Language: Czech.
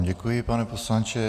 Děkuji, pane poslanče.